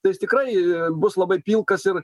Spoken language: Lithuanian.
tai jis tikrai bus labai pilkas ir